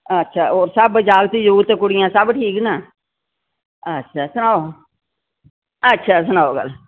अच्छा होर सब जागत जुगत कुड़ियां सब ठीक न अच्छा सनाओ अच्छा सनाओ गल्ल